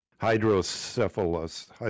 Hydrocephalus